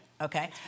Okay